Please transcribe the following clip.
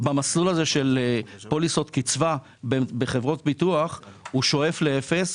במסלול הזה של פוליסות קצבה בחברות ביטוח שואף לאפס